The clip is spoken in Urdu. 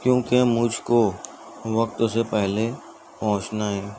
کیونکہ مجھ کو وقت سے پہلے پہنچنا ہے